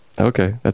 Okay